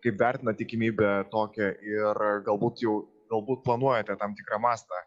kaip vertinat tikimybę tokią ir galbūt jau galbūt planuojate tam tikrą mastą